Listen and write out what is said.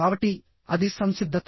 కాబట్టి అది సంసిద్ధత